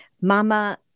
Mama